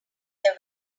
they